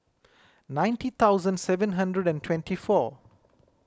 ninety thousand seven hundred and twenty four